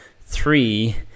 three